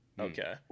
Okay